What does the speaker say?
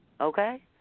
Okay